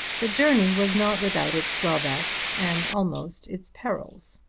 the journey was not without its drawbacks and almost its perils.